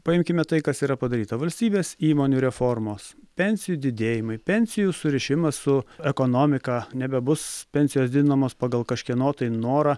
paimkime tai kas yra padaryta valstybės įmonių reformos pensijų didėjimai pensijų surišimas su ekonomika nebebus pensijos didinamos pagal kažkieno tai norą